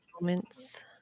moments